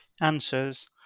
answers